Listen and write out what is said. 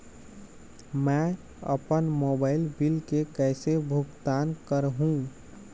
मैं अपन mobile bill के कैसे भुगतान कर हूं?